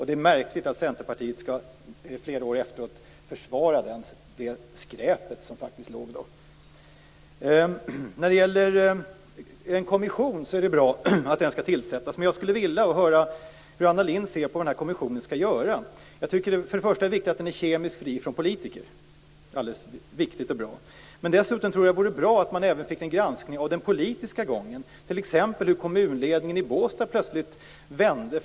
Det är märkligt att Centerpartiet flera år efteråt skall försvara det skräpet. Det är bra att det skall tillsättas en kommission, men jag skulle vilja höra vad Anna Lindh anser att den här kommissionen skall göra. Jag tycker att det är viktigt att den är kemiskt fri från politiker. Dessutom tror jag att det vore bra om man även gjorde en granskning av den politiska gången, t.ex. av hur kommunledningen i Båstad plötsligt vände.